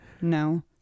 No